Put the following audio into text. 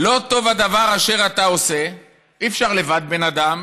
"לא טוב הדבר אשר אתה עשה" אי-אפשר לבד, בן אדם.